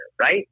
right